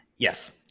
Yes